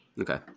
okay